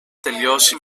τελειώσει